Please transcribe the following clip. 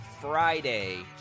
Friday